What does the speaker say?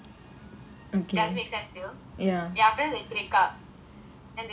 does it make sense to you ya then after that they break up then they break up